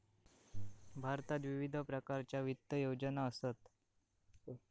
भारतात विविध प्रकारच्या वित्त योजना असत